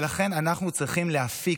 לכן אנחנו צריכים להפיק,